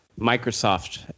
Microsoft